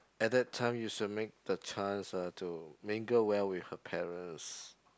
at that time you should make the chance uh to mingle well with her parents